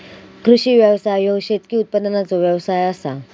कृषी व्यवसाय ह्यो शेतकी उत्पादनाचो व्यवसाय आसा